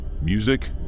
Music